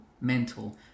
mental